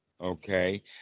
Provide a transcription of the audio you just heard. okay